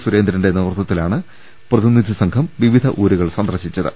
സുരേന്ദ്രന്റെ നേതൃത്വ ത്തിലാണ് പ്രതിനിധി സംഘം വിവിധ ഊരുകൾ സന്ദർശിച്ചത്